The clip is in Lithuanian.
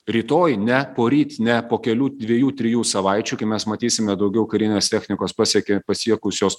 rytoj ne poryt ne po kelių dviejų trijų savaičių kai mes matysime daugiau karinės technikos pasiekė pasiekusios